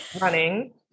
running